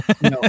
No